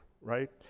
right